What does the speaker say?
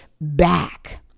back